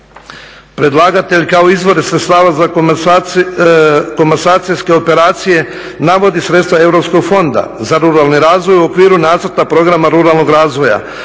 Predlagatelj kao izvore sredstava za komasacijske operacije navodi sredstva europskog fonda za ruralni razvoj u okviru nacrta programa ruralnog razvoja.